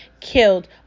killed